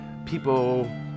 people